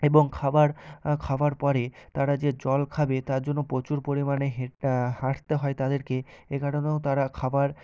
এবং খাবার খাবার পরে তারা যে জল খাবে তার জন্য প্রচুর পরিমানে হাঁটতে হয় তাদেরকে এ কারণেও তারা খাবার